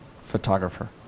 photographer